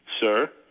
Sir